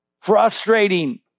frustrating